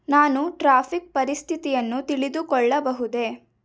ನಾನು ಟ್ರಾಫಿಕ್ ಪರಿಸ್ಥಿತಿಯನ್ನು ತಿಳಿದುಕೊಳ್ಳಬಹುದೇ